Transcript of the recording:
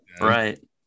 right